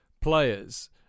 players